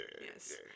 Yes